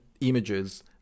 images